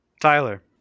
Tyler